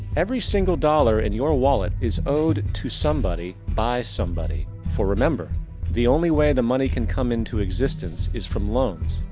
every single dollar in your wallet is owed to somebody by somebody. for remember the only way the money can come in to existence is from loans.